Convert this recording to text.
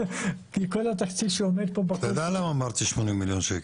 כי כל התקציב שעומד כאן --- אתה יודע למה אמרתי 80 מיליון שקל?